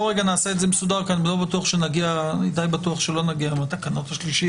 אני די בטוח שלא נגיע לזה היום.